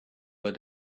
but